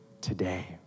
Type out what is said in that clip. today